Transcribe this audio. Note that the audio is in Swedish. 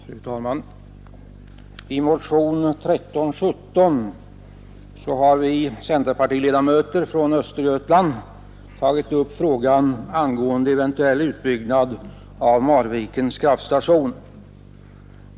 Fru talman! I motion 1317 har vi centerpartiledamöter från Östergötland tagit upp frågan angående eventuell utbyggnad av Marvikens kraftstation.